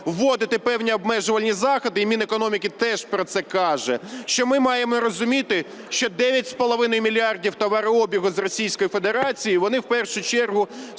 вводити певні обмежувальні заходи, і Мінекономіки теж про це каже, що ми маємо розуміти, що 9,5 мільярда товарообігу з Російською Федерацією, вони в першу чергу